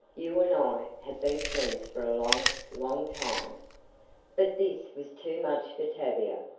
you and i have been friends for a long, long time but this was too much for tavia.